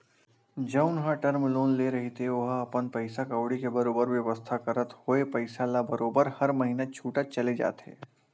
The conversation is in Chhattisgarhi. जउन ह टर्म लोन ले रहिथे ओहा अपन पइसा कउड़ी के बरोबर बेवस्था करत होय पइसा ल बरोबर हर महिना छूटत चले जाथे